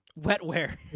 wetware